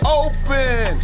open